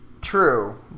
True